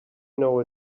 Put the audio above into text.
know